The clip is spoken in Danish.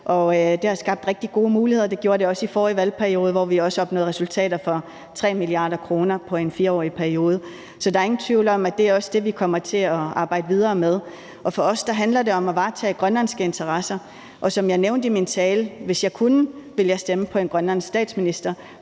det har skabt rigtig gode muligheder, og det gjorde det også i forrige valgperiode, hvor vi også opnåede resultater for 3 mia. kr. i en 4-årig periode. Så der er ingen tvivl om, at det også er det, vi kommer til at arbejde videre med. For os handler det om at varetage grønlandske interesser, og som jeg nævnte i min tale, ville jeg, hvis jeg kunne, stemme på en grønlandsk statsminister,